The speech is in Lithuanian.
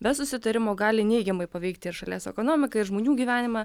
be susitarimo gali neigiamai paveikti šalies ekonomiką ir žmonių gyvenimą